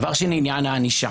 דבר שני, עניין הענישה